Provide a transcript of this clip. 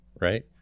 right